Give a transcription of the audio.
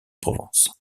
provence